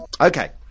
okay